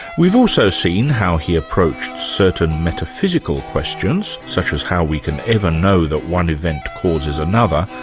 we've also seen how he approached certain metaphysical questions, such as how we can ever know that one event causes another,